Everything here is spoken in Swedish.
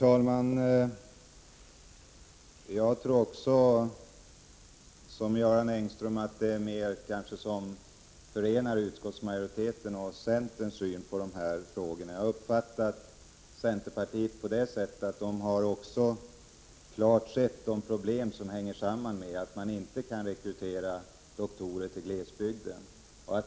Herr talman! Liksom Göran Engström tror jag att det är mer som förenar utskottsmajoriteten och centern när det gäller synen på de här frågorna. Jag har uppfattat att centerpartiet klart sett de problem som hänger samman med att man inte kan rekrytera doktorer till glesbygden.